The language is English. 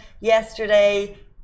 yesterday